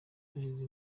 hashize